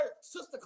Sister